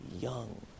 young